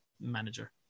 manager